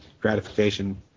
gratification